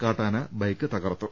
കാട്ടാന ബൈക്ക് തകർത്തു